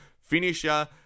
finisher